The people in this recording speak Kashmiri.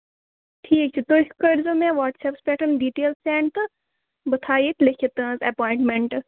ٹھیٖک چھُ تُہۍ کٔرۍزیٚو مےٚ واٹٔس ایپَس پٮ۪ٹھ ڈِٹیل سینٛڈ تہٕ بہٕ تھاوٕ یہِ لٮ۪کھِتھ تُہٕنٛز ایپوایِنٛٹمٮ۪نٛٹہٕ